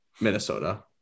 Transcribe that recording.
Minnesota